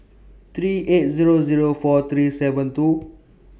three eight Zero Zero four three seven two